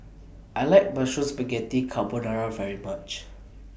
I like Mushroom Spaghetti Carbonara very much